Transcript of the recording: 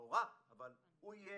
לא רק, אבל הוא יהיה